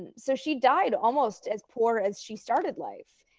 and so she died almost as poor as she started life,